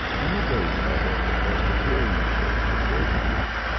in the graveyard of the presbyterian church at bordentown.